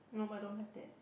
nope I don't have that